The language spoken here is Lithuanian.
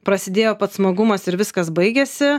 prasidėjo pats smagumas ir viskas baigėsi